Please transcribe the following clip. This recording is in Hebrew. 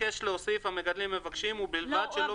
"ובלבד שלא